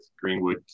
Greenwood